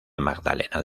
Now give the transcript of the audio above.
magdalena